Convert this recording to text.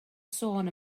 sôn